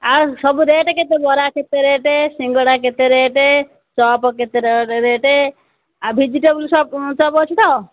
ଆଉ ସବୁ ରେଟ୍ କେତେ ବରା କେତେ ରେଟ୍ ସିଙ୍ଗଡ଼ା କେତେ ରେଟ୍ ଚପ୍ କେତେ ରେଟ୍ ଆଉ ଭେଜିଟେବୁଲ୍ ଚପ୍ ଅଛି ତ